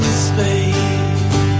space